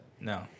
no